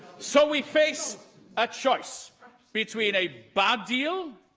so, we face a choice between a bad deal,